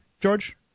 George